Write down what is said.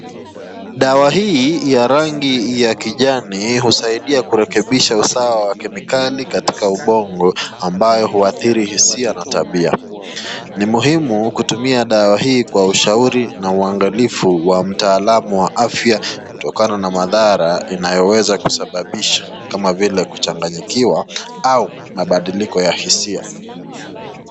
Dawa hii ya rangi ya kijani husaidia katika usawa wa kemikali katika ubongo amabyo huadhiri hisia na tabia, ni muhimu kutumia dawa hii kwa ushauri na uangalifu wa mtaalamu wa afya kutokana ma madhara inayoweza kusababishwa kama vile kuchanganyikiwa au mabadiliko ya hisia.